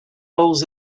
roles